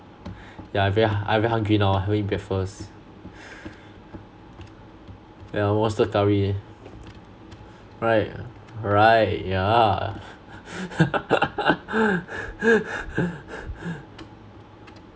yeah I very~ I very hungry now ah haven't eat breakfast yeah monster curry right right yeah